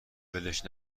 ولش